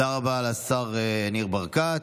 תודה רבה לשר ניר ברקת.